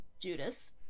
Judas